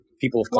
People